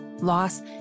loss